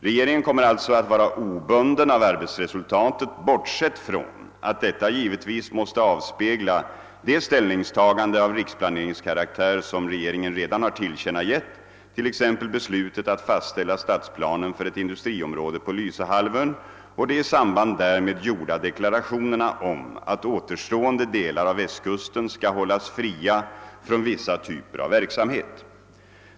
Regeringen kommer alltså att vara obunden av arbetsresultatet, bortsett från att detta givetvis måste avspegla de ställningstaganden av riksplaneringskaraktär som regeringen redan har tillkännagett, t.ex. beslutet att fastställa stadsplanen för ett industriområde på Lysehalvön och de i samband därmed gjorda deklarationerna om att återstående delar av Västkusten skall hållas fria från vissa typer av verksamhet.